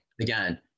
again